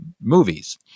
movies